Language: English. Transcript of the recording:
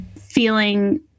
feeling